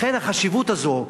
לכן החשיבות הזאת.